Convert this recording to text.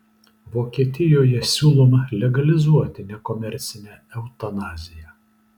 vokietijoje siūloma legalizuoti nekomercinę eutanaziją